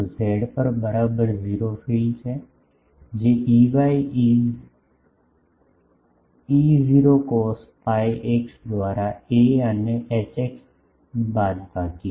તો z પર બરાબર 0 ફીલ્ડ્સ છે જે Ey is E0 cos pi x દ્વારા a અને Hx બાદબાકી